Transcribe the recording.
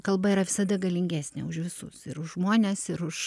kalba yra visada galingesnė už visus ir už žmones ir už